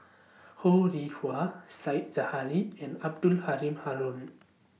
Ho Rih Hwa Said Zahari and Abdul Halim Haron